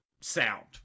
sound